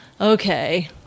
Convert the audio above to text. Okay